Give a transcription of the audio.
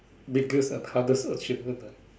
biggest and hardest achievement ah